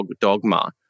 dogma